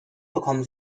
bekommen